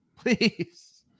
Please